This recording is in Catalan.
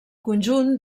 conjunt